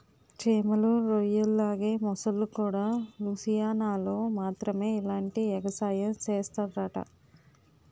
చేమలు, రొయ్యల్లాగే మొసల్లుకూడా లూసియానాలో మాత్రమే ఇలాంటి ఎగసాయం సేస్తరట